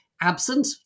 absent